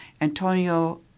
Antonio